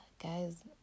guys